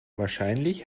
wahrscheinlich